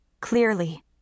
Clearly